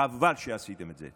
חבל שעשיתם את זה.